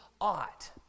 ought